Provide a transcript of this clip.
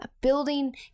building